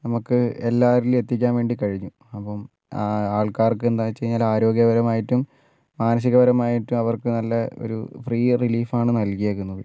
നമുക്ക് എല്ലാവരിലും എത്തിക്കാൻ വേണ്ടി കഴിഞ്ഞു അപ്പം ആൾക്കാർക്ക് എന്താണെന്ന് വച്ചു കഴിഞ്ഞാൽ ആരോഗ്യപരമായിട്ടും മാനസികപരമായിട്ടും അവർക്കു നല്ല ഒരു ഫ്രീ റീലീഫാണ് നൽകിയേക്കുന്നത്